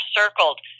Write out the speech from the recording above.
circled